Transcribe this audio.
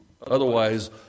Otherwise